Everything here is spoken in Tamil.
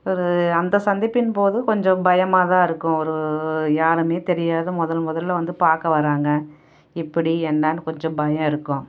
ஒரு அந்த சந்திப்பின் போது கொஞ்சம் பயமாக தான் இருக்கும் ஒரு யாருனே தெரியாத முதல் முதல்ல வந்து பார்க்க வராங்க இப்படி என்னெனு கொஞ்சம் பயம் இருக்கும்